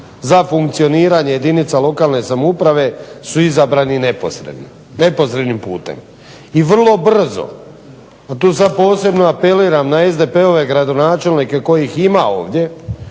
za funkcioniranje jedinica lokalne samouprave su izabrani neposredno, neposrednim putem. I vrlo brzo, a tu sad posebno apeliram na SDP-ove gradonačelnike kojih ima ovdje,